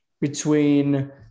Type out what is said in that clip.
between-